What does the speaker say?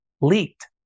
leaked